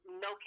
no